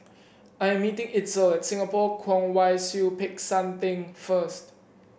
I am meeting Itzel Singapore Kwong Wai Siew Peck San Theng first